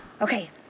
Okay